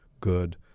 good